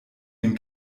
dem